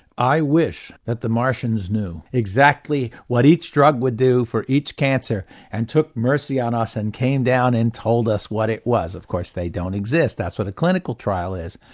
i wish that the martians knew exactly what each drug would do for each cancer and took mercy on us and came down and told us what it was. of course they don't exist, that's what a clinical trial is.